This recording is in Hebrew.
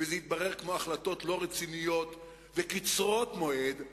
וזה יתברר כמו החלטות לא רציניות וקצרות מועד,